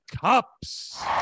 Cups